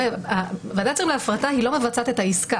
ועדת שרים להפרטה היא לא מבצעת את העסקה.